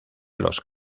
los